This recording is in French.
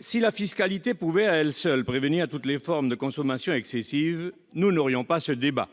si la fiscalité pouvait, à elle seule, prévenir toutes les formes de consommation excessive, nous n'aurions pas ce débat,